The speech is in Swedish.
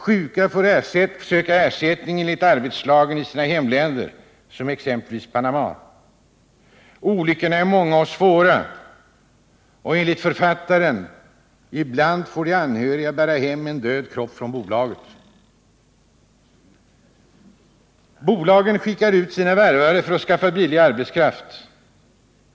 Sjuka får söka ersättning enligt arbetslagen i sina hemländer, som exempelvis Panama. Olyckorna är många och svåra, och ibland får enligt författaren ”de anhöriga bära hem en död kropp från bolaget”. Bolagen skickar ut sina värvare för att skaffa billig arbetskraft.